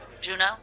Juno